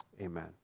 Amen